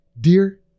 Dear